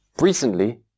Recently